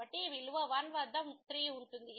కాబట్టి విలువ 1 వద్ద 3 ఉంటుంది